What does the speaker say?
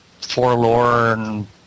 forlorn